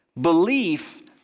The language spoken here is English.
Belief